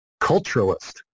culturalist